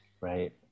Right